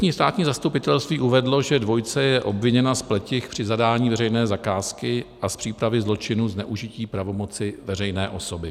Vrchní státní zastupitelství uvedlo, že dvojice je obviněna z pletich při zadání veřejné zakázky a z přípravy zločinu zneužití pravomoci veřejné osoby.